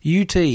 UT